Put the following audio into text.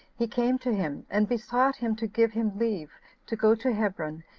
he came to him, and besought him to give him leave to go to hebron,